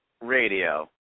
radio